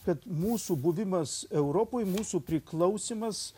kad mūsų buvimas europoj mūsų priklausymas